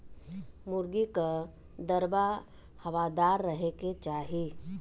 मुर्गी कअ दड़बा हवादार रहे के चाही